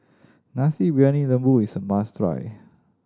Nasi Briyani Lembu is a must try